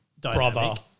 brother